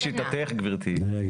לשיטתך, גברתי,